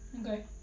Okay